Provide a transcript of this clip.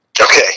Okay